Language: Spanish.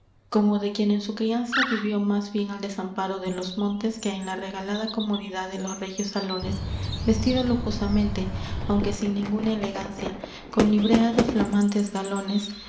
como de quien en su crianza vivió más bien al desamparo de los montes que en la regalada comodidad de los regios salones vestido lujosamente aunque sin ninguna elegancia con librea de flamantes galones